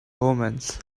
omens